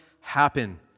happen